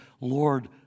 Lord